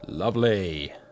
Lovely